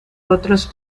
otros